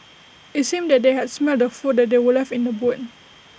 IT seemed that they had smelt the food that were left in the boot